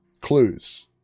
clues